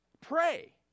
pray